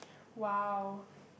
!wow!